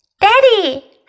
Daddy